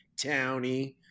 townie